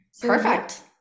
Perfect